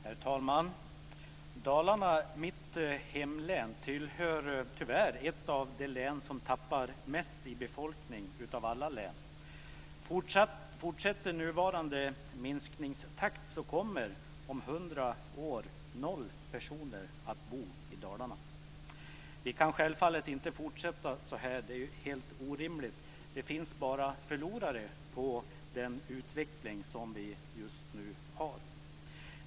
Herr talman! Dalarna, mitt hemlän, tillhör tyvärr de län som tappar mest i befolkning av alla län. Fortsätter nuvarande minskningstakt kommer om 100 år noll personer att bo i Dalarna. Vi kan självfallet inte fortsätta så här, det är helt orimligt. Det finns bara förlorare på den utveckling som vi just nu har.